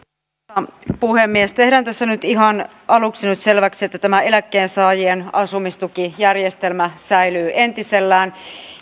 arvoisa puhemies tehdään tässä nyt ihan aluksi selväksi että tämä eläkkeensaajien asumistukijärjestelmä säilyy entisellään